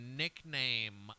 nickname